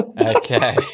Okay